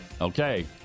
Okay